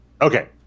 Okay